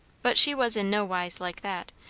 but she was in no wise like that,